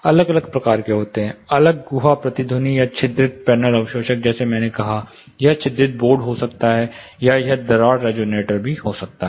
अलग अलग प्रकार के होते हैं अलग गुहा प्रतिध्वनि या छिद्रित पैनल अवशोषक जैसे मैंने कहा कि यह छिद्रित बोर्ड हो सकता है या यह दरार रिजोनेटर हो सकता है